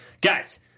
Guys